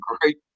great